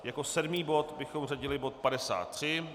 Jako sedmý bod bychom zařadili bod 53.